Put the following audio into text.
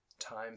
time